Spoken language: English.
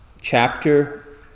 chapter